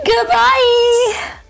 goodbye